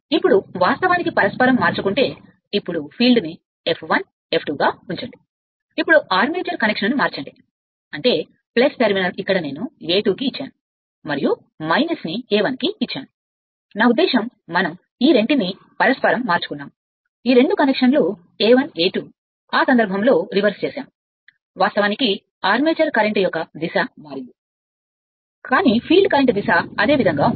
ఇప్పుడు వాస్తవానికి పరస్పరం మార్చుకుంటే ఇప్పుడు ఫీల్డ్ను F1 F2 గా ఉంచండి ఇప్పుడు ఆర్మేచర్ కనెక్షన్ను మార్చుకోండి అంటే టెర్మినల్ ఇక్కడ నేను A2 కి వచ్చాను మరియు 1 నేను A1 కి వచ్చాను నా ఉద్దేశం మనం ఈ రెంటిని పరస్పరం మార్చుకున్నాము ఈ రెండు కనెక్షన్ A1 A2 ఆ సందర్భంలో అపసవ్యం చేయబడింది వాస్తవానికి ఆర్మేచర్ కరెంట్ యొక్క దిశను పిలుస్తారు కానీ ఫీల్డ్ కరెంట్ దిశ అదే విధంగా ఉంటుంది